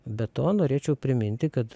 be to norėčiau priminti kad